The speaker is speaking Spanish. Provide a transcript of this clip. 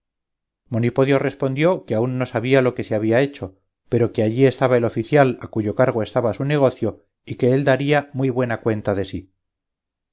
encomendado monipodio respondió que aún no sabía lo que se había hecho pero que allí estaba el oficial a cuyo cargo estaba su negocio y que él daría muy buena cuenta de sí